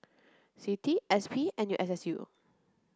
CITI S P N U S S U